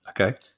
Okay